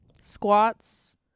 squats